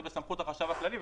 זה בסמכות החשב הכללי,